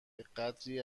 بهقدری